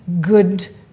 good